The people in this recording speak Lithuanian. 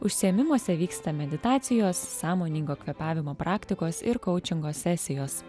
užsiėmimuose vyksta meditacijos sąmoningo kvėpavimo praktikos ir kaučingo sesijos